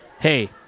hey